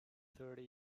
thirty